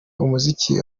umuziki